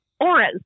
auras